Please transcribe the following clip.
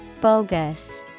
Bogus